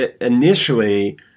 initially